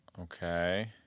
Okay